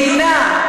מדינה.